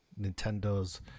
Nintendo's